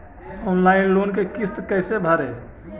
Online loan के किस्त कैसे भरे?